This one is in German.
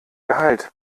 gehalt